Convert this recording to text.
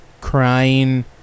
crying